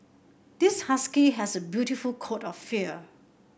this husky has a beautiful coat of fur